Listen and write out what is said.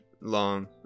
Long